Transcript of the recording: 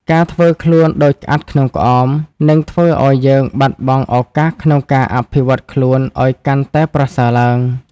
ការធ្វើខ្លួនដូចក្អាត់ក្នុងក្អម នឹងធ្វើឱ្យយើងបាត់បង់ឱកាសក្នុងការអភិវឌ្ឍខ្លួនឱ្យកាន់តែប្រសើរឡើង។